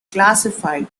classified